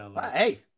Hey